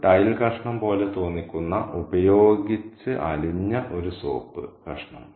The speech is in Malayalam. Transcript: ഒരു ടൈൽ കഷണം പോലെ തോന്നിക്കുന്ന ഉപയോഗിച്ചലിഞ്ഞ ഒരു സോപ്പ് കഷണം